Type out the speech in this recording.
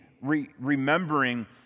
remembering